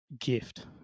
gift